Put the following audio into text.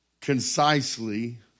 concisely